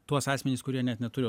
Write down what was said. tuos asmenis kurie net neturi